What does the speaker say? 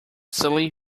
silly